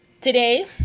today